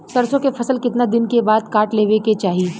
सरसो के फसल कितना दिन के बाद काट लेवे के चाही?